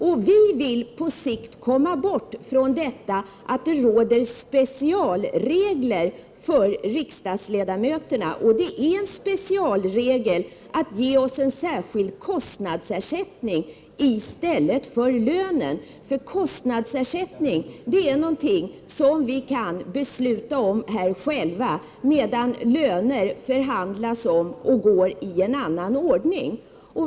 Vi i vpk vill på sikt komma bort från specialregler för riksdagsledamöterna. Det är en specialregel att ge oss en särskild kostnadsersättning i stället för lön. Kostnadsersättning kan vi besluta om själva, medan löner är något som det förhandlas om och som handläggs i annan ordning.